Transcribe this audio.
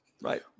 right